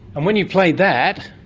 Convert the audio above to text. and when you played that,